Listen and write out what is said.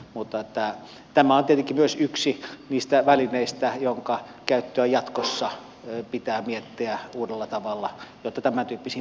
tämä on tietenkin myös yksi niistä välineistä jonka käyttöä jatkossa pitää miettiä uudella tavalla jotta tämäntyyppisiin tilanteisiin ei ajauduta